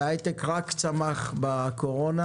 ההייטק רק צמח בקורונה,